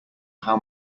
how